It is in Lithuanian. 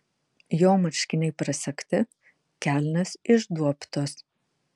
jo marškiniai prasegti kelnės išduobtos